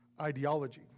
ideology